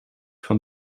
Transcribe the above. van